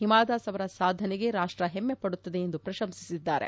ಹಿಮಾದಾಸ್ ಅವರ ಸಾಧನೆಗೆ ರಾಷ್ಟ ಹೆಮ್ಮೆ ಪಡುತ್ತದೆ ಎಂದು ಪ್ರಶಂಸಿಸಿದ್ದಾರೆ